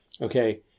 Okay